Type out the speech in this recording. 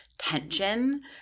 tension